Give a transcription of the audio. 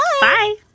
Bye